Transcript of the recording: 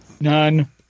None